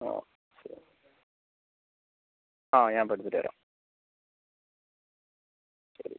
ആ ശരി ആ ഞാൻ പോയി എടുത്തിട്ട് വരാം ശരി